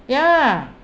ya